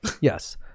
Yes